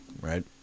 Right